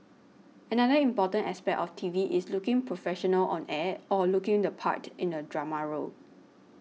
another important aspect of T V is looking professional on air or looking the part in a drama role